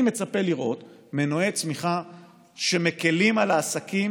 אני מצפה לראות מנועי צמיחה שמקילים על העסקים